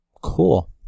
Cool